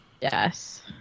Yes